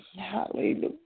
Hallelujah